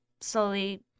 slowly